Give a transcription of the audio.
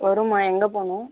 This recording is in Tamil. வரும்மா எங்கே போகணும்